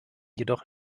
jedoch